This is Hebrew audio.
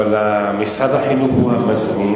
אבל משרד החינוך הוא המזמין,